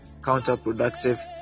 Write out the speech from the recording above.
counterproductive